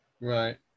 right